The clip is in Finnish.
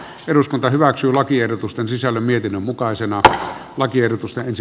nyt päätetään lakiehdotusten sisällöstä